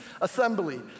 assembly